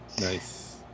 Nice